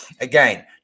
Again